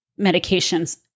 medications